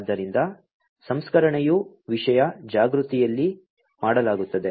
ಆದ್ದರಿಂದ ಸಂಸ್ಕರಣೆಯು ವಿಷಯ ಜಾಗೃತಿಯಲ್ಲಿ ಮಾಡಲಾಗುತ್ತದೆ